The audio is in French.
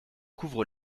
couvre